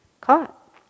caught